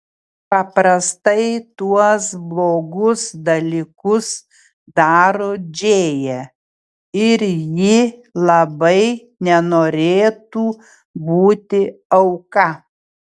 paprastai tuos blogus dalykus daro džėja ir ji labai nenorėtų būti auka